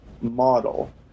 model